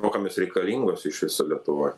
o kam jos reikalingos iš viso lietuvoj